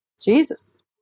Jesus